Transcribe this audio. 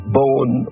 born